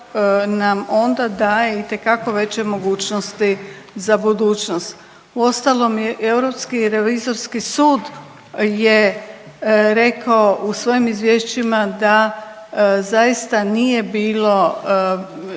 nam onda daje itekako veće mogućnosti za budućnost. Uostalom i Europski revizorski sud je rekao u svojim izvješćima da zaista nije bilo